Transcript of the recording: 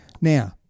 Now